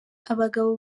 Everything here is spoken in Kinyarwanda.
abagabo